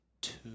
two